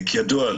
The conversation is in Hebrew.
כידוע,